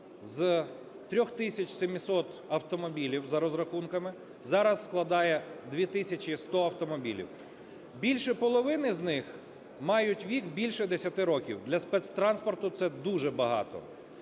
700 автомобілів, за розрахунками, зараз складає 2 тисячі 100 автомобілів. Більше половини з них мають вік більше 10 років, для спецтранспорту – це дуже багато.